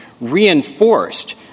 reinforced